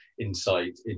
insight